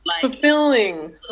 fulfilling